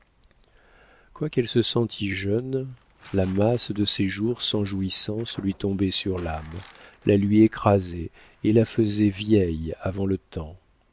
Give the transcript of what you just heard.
quoiqu'elle se sentît jeune la masse de ses jours sans jouissances lui tombait sur l'âme la lui écrasait et la faisait vieille avant le temps